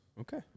Okay